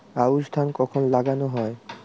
আউশ ধান কখন লাগানো হয়?